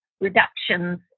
reductions